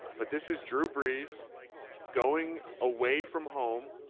but this is drew brees going away from home.